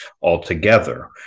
altogether